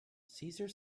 caesar